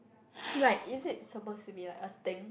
like is it supposed to be like a thing